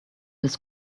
his